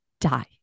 die